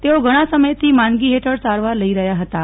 તેઓ ઘણાં સમયથી માંદગી હેઠળ સારવાર લઇ રહ્યા હતાં